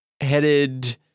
headed